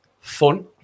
Fun